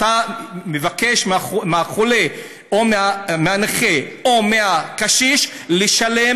אתה מבקש מהחולה או מהנכה או מהקשיש לשלם